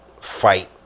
fight